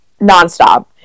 nonstop